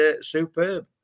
superb